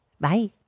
Bye